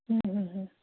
হুম হুম হুম